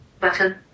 Button